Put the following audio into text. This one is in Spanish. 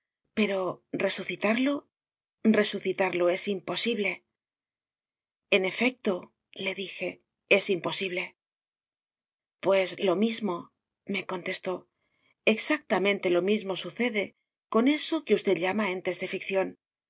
pero resucitarlo resucitarlo es imposible en efectole dije es imposible pues lo mismome contestó exactamente lo mismo sucede con eso que usted llama entes de ficción